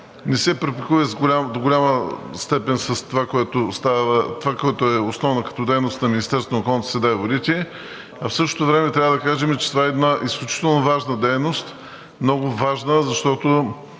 не се припокрива до голяма степен с това, което е основно като дейност на Министерството на околната среда и водите, а в същото време трябва да кажем, че това е една изключително важна дейност, много важна, защото